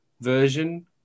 version